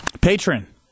Patron